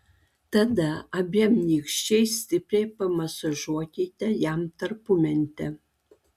tada abiem nykščiais stipriai pamasažuokite jam tarpumentę